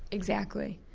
exactly,